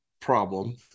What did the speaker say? problem